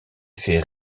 fait